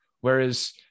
whereas